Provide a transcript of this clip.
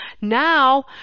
Now